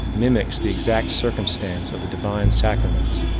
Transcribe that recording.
mimics the exact circumstance of the divine sacraments.